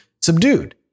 subdued